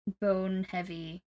bone-heavy